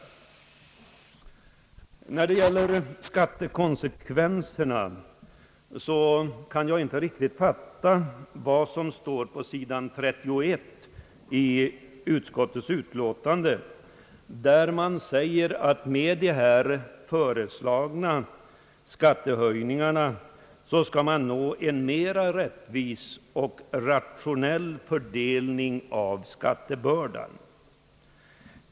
När det gäller skattekonsekvenserna kan jag inte riktigt fatta vad som står på s. 31 i utskottets betänkande om att de föreslagna skattehöjningarna syftar till »en mer rättvis och rationell fördelning av skattebördan».